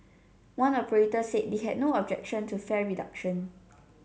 one operator said they have no objection to fare reduction